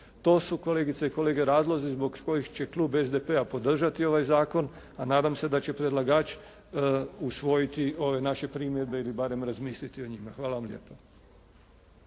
To su kolegice i kolege razlozi zbog čega će Klub SDP-a podržati ovaj zakon a nadam se da će predlagači usvojiti ove naše primjedbe ili barem razmisliti o njima. **Jarnjak,